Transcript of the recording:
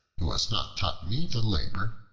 who has not taught me to labor,